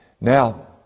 Now